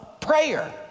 prayer